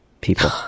people